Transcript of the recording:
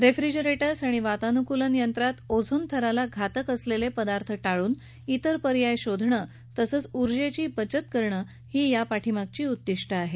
refrigerators आणि वातानुकूलन यंत्रात ओझोन थराला घातक असलेले पदार्थ टाळून त्रिर पर्याय शोधणं तसंच ऊर्जेची बचत करणं ही या पाठीमागची उद्दिष्ट आहेत